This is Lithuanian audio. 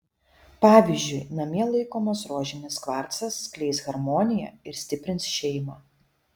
pavyzdžiui namie laikomas rožinis kvarcas skleis harmoniją ir stiprins šeimą